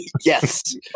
Yes